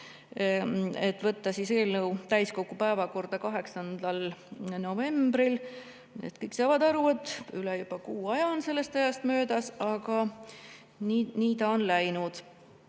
võtta eelnõu täiskogu päevakorda 8. novembril – kõik saavad aru, et juba üle kuu aja on sellest ajast möödas, aga nii on see läinud